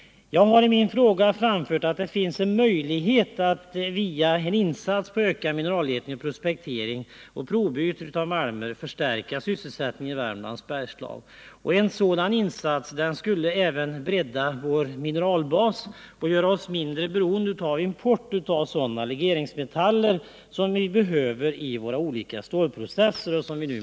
Jag har i min fråga påpekat att det finns en möjlighet att genom ökad mineralletning, prospektering och provbrytning av malm förbättra sysselsättningsläget i Värmlands bergslag. En sådan insats skulle också bredda vår mineralbas och göra oss mindre beroende av import av sådana legeringsmetaller som vi behöver i de olika stålprocesserna.